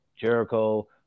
Jericho